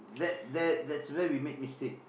that that that's where we make mistake